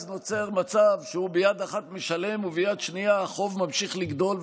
אז נוצר מצב שהוא ביד אחת משלם וביד השנייה החוב ממשיך לגדול,